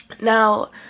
now